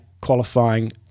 qualifying